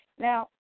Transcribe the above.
Now